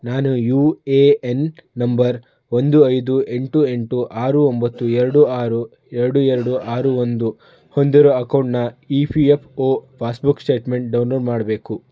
ನಾನು U A N number ಒಂದು ಐದು ಎಂಟು ಎಂಟು ಆರು ಒಂಬತ್ತು ಎರಡು ಆರು ಎರಡು ಎರಡು ಆರು ಒಂದು ಹೊಂದಿರೋ ಅಕೌಂಟ್ನ E P F O passbook statement download ಮಾಡಬೇಕು